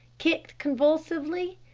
kicked convulsively,